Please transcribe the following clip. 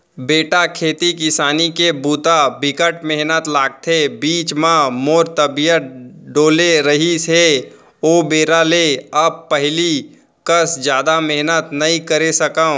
बेटा खेती किसानी के बूता बिकट मेहनत लागथे, बीच म मोर तबियत डोले रहिस हे ओ बेरा ले अब पहिली कस जादा मेहनत नइ करे सकव